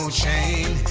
chain